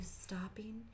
stopping